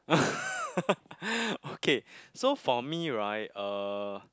okay so for me right uh